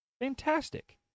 Fantastic